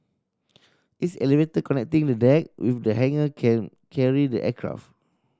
its elevator connecting the deck with the hangar can carry the aircraft